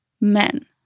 men